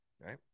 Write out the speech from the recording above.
right